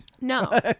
No